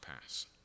pass